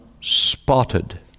spotted